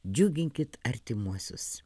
džiuginkit artimuosius